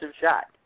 shot